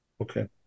okay